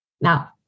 Now